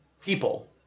people